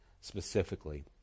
specifically